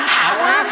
power